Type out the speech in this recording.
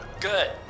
Good